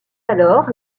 alors